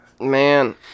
Man